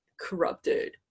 corrupted